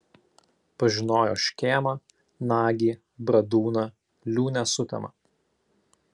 pažinojo škėmą nagį bradūną liūnę sutemą